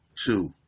two